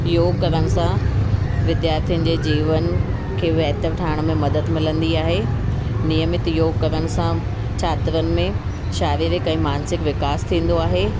योगु करण सां विद्यार्थियुनि जे जीवन खे बहेतर ठाहिण में मदद मिलंदी आहे नियमित योगु करण सां छात्रनि में शारीरिक ऐं मान्सिक विकास थींदो आहे